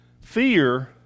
Fear